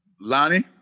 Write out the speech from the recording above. Lonnie